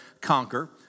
conquer